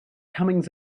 comings